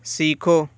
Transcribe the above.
सीखो